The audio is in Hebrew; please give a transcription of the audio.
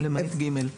למעט (ג).